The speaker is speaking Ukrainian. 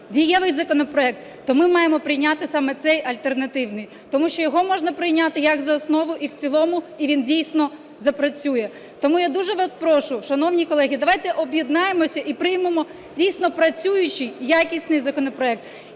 дієвий законопроект, то ми маємо прийняти саме цей альтернативний. Тому що його можна прийняти як за основу і в цілому і він дійсно запрацює. Тому я дуже вас прошу, шановні колеги, давайте об'єднаємося і приймемо дійсно працюючий якісний законопроект,